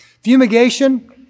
Fumigation